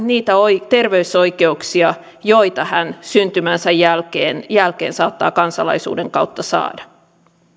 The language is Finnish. niitä terveysoikeuksia joita hän syntymänsä jälkeen jälkeen saattaa kansalaisuuden kautta saada